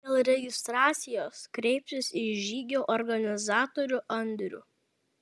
dėl registracijos kreiptis į žygio organizatorių andrių